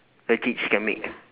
legit she can make